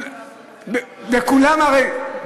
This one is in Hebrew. למה צריך לעשות את זה רב ראשי?